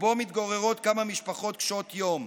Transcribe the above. ובו מתגוררות כמה משפחות קשות יום,